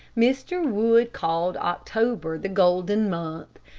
mr. wood called october the golden month.